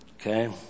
Okay